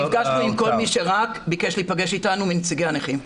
אני נפגשתי עם כל מי שרק ביקש להיפגש מנציגי הנכים.